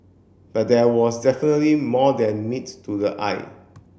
but there was definitely more than meets to the eye